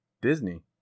Disney